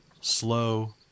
slow